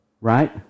Right